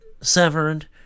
severed